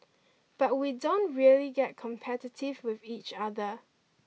but we don't really get competitive with each other